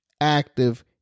active